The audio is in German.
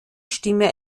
stimme